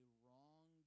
wrong